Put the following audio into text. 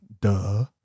Duh